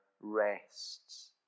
rests